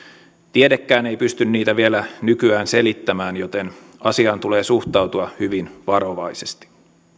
tiedekään ei pysty niitä vielä nykyään selittämään joten asiaan tulee suhtautua hyvin varovaisesti